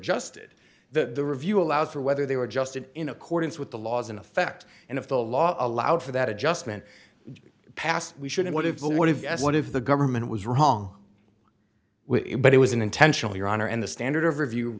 just did that the review allowed for whether they were adjusted in accordance with the laws in effect and if the law allowed for that adjustment past we should have what if the what if what if the government was wrong but it was an intentional your honor and the standard of review